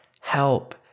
help